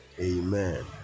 Amen